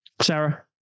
sarah